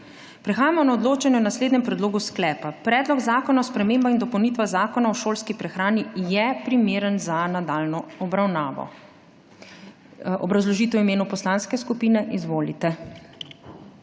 Prehajamo na odločanje o naslednjem predlogu sklepa: Predlog zakona o spremembah in dopolnitvah Zakona o šolski prehrani je primeren za nadaljnjo obravnavo. Obrazložitev v imenu poslanske skupine. Izvolite.